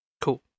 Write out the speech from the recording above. Cool